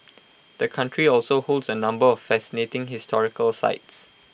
the country also holds A number of fascinating historical sites